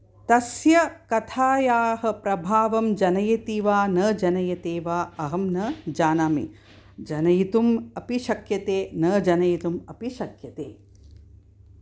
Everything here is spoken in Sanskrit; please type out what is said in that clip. तस्य कथायाः प्रभावं जनयति वा न जनयति वा अहं न जानामि जनयितुं अपि शक्यते न जनयितुं अपि शक्यते